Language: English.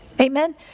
Amen